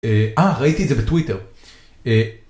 אה, ראיתי את זה בטוויטר